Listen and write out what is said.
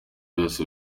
byose